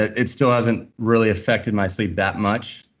it still hasn't really affected my sleep that much.